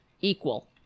equal